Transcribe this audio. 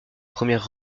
premières